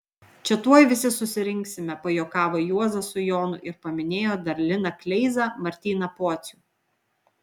čia tuoj visi susirinksime pajuokavo juozas su jonu ir paminėjo dar liną kleizą martyną pocių